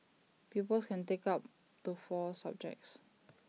pupils can take up to four subjects